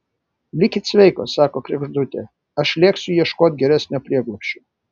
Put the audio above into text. likit sveikos sako kregždutė aš lėksiu ieškoti geresnio prieglobsčio